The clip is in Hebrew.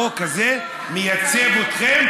החוק הזה מייצג אתכם,